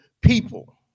people